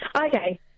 Okay